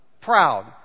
Proud